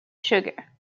sugar